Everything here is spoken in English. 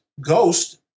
ghost